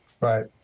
Right